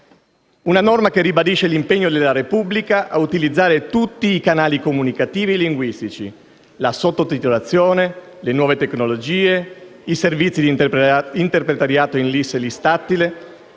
Una norma che ribadisce l'impegno della Repubblica ad utilizzare tutti i canali comunicativi e linguistici: la sottotitolazione, le nuove tecnologie, i servizi di interpretariato in LIS e LIS tattile,